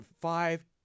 five